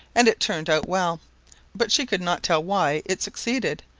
and it turned out well but she could not tell why it succeeded,